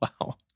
Wow